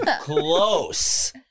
close